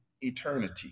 eternity